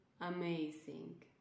amazing